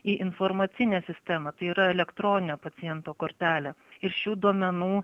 į informacinę sistemą tai yra elektroninę paciento kortelę ir šių duomenų